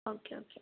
okay okay